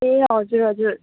ए हजुर हजुर